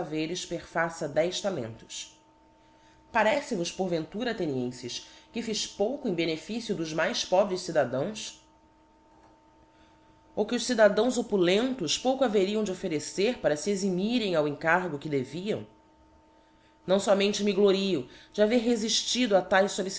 haveres perfaça dez talentos parece-vos porventura athenienfes que âz pouco em beneficio dos mais pobres cidadãos ou que os cidadãos opulentos pouco haveriam de offereccr para fe exitsúrcn ao exkargo que deviam não fomente me glorío de haver reúílido a taes